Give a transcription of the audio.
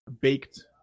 baked